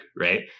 right